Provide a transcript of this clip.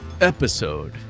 episode